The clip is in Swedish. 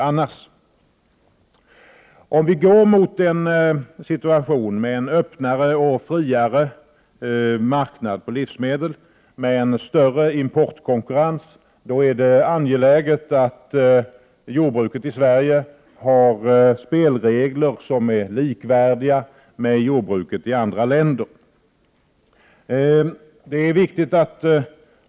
Om utvecklingen går mot en situation med en öppnare och friare marknad i fråga om livsmedel, med en större importkonkurrens, är det angeläget att spelreglerna för jordbruket i Sverige och andra länder är likvärdiga.